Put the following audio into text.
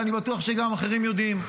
ואני בטוח שגם אחרים יודעים.